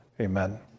Amen